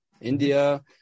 India